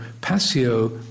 passio